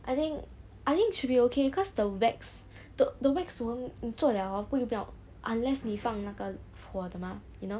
I think I think should be okay cause the wax t~ the wax won't 你做了 hor 不用 melt unless 你放那个火的嘛 you know